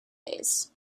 days